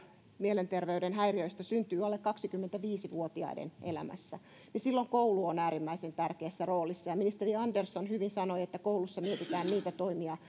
mielenterveyden häiriöistä syntyy alle kaksikymmentäviisi vuotiaiden elämässä niin silloin koulu on äärimmäisen tärkeässä roolissa ja ministeri andersson hyvin sanoi että koulussa mietitään niitä toimia